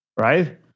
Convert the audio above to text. right